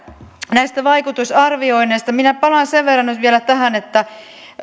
näistä vaikutusarvioinneista minä palaan sen verran nyt vielä tähän miksi